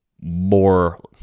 more